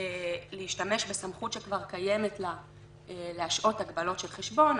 להשתמש בסמכות שכבר קיימת להשהות הגבלות של חשבון,